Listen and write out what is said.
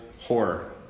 horror